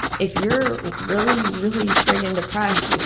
if you're really, really friggin' depressed,